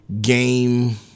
game